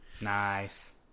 Nice